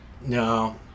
No